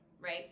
right